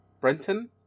Brenton